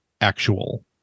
actual